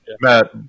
Matt